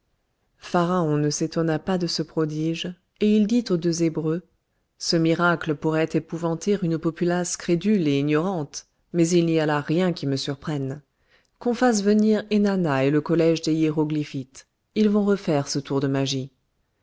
pharaon ne s'étonna pas de ce prodige et il dit aux deux hébreux ce miracle pourrait épouvanter une populace crédule et ignorante mais il n'y a là rien qui me surprenne qu'on fasse venir ennana et le collège des hiéroglyphites ils vont refaire ce tour de magie